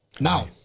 now